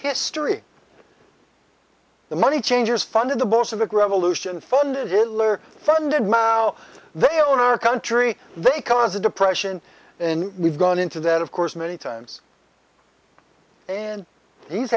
history the money changers funded the most of it revolution funded lawyer funded mao they own our country they cause a depression and we've gone into that of course many times and he's